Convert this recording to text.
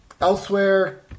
Elsewhere